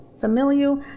familial